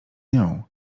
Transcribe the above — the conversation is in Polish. nią